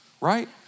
right